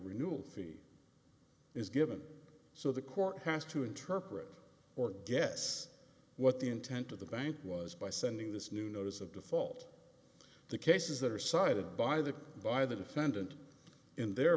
renewal fee is given so the court has to interpret or guess what the intent of the bank was by sending this new notice of default the cases that are cited by the by the defendant in their